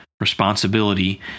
responsibility